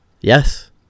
Yes